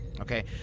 Okay